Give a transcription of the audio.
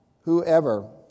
whoever